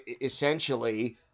essentially